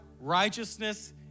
righteousness